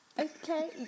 Okay